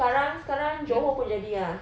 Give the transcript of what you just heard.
sekarang sekarang johor pun jadi ah